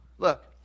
Look